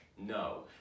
No